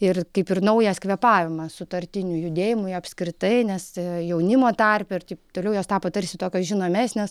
ir kaip ir naujas kvėpavimas sutartinių judėjimui apskritai nes jaunimo tarpe ir taip toliau jos tapo tarsi tokios žinomesnės